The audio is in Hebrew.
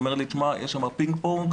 הוא אומר לי שיש שם פינג פונג.